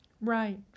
Right